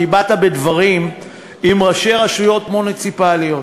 כי באת בדברים עם ראשי רשויות מוניציפליות.